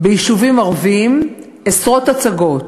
ביישובים ערביים, עשרות הצגות?